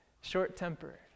short-tempered